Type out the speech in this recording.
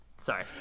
Sorry